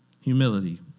Humility